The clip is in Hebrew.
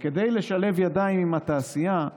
כדי לשלב ידיים עם התעשייה,